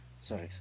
sorry